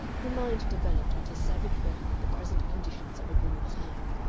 her mind developed into savage wrath at the present conditions of a woman's life.